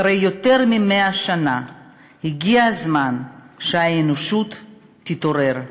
אחרי יותר מ-100 שנה הגיע הזמן שהאנושות תתעורר.